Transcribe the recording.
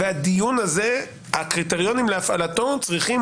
הדיון הזה הקריטריונים להפעלתו צריכים